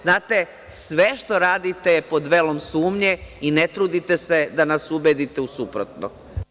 Znate, sve što radite je pod velom sumnje i ne trudite se da nas ubedite u suprotno.